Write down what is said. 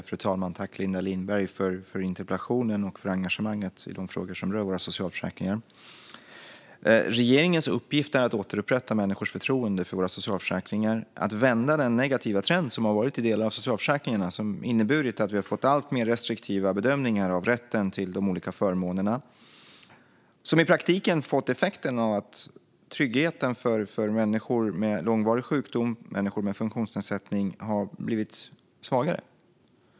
Fru talman! Tack, Linda Lindberg, för interpellationen och för engagemanget i de frågor som rör våra socialförsäkringar! Regeringens uppgift är att återupprätta människors förtroende för våra socialförsäkringar och att vända den negativa trend som har varit i delar av socialförsäkringarna. Den har inneburit att vi har fått alltmer restriktiva bedömningar av rätten till de olika förmånerna, vilket i praktiken har fått effekten att tryggheten för människor med långvarig sjukdom och människor med funktionsnedsättning har blivit svagare.